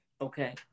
Okay